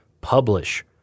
Publish